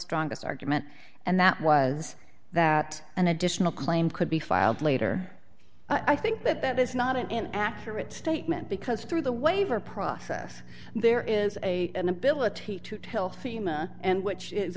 strongest argument and that was that an additional claim could be filed later i think but that is not an accurate statement because through the waiver process there is a inability to tell fema and which is